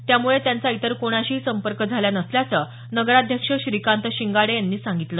त्यामुळे त्यांचा इतर कोणाशीही संपर्क झाला नसल्याचं नगराध्यक्ष श्रीकांत शिंगाडे यांनी सांगितलं